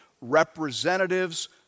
representatives